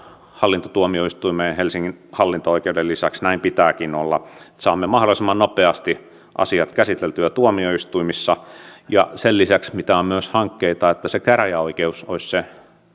hallintotuomioistuimeen helsingin hallinto oikeuden lisäksi näin pitääkin olla että saamme mahdollisimman nopeasti asiat käsiteltyä tuomioistuimissa sen lisäksi mistä on myös hankkeita käräjäoikeus olisi se